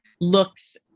looks